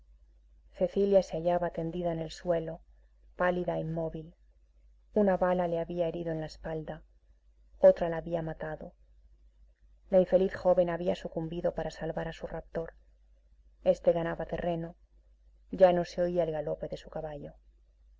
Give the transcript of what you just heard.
cecilia se hallaba tendida en el suelo pálida e inmóvil una bala la había herido en la espalda otra la había matado la infeliz joven había sucumbido para salvar a su raptor este ganaba terreno ya no se oía el galope de su caballo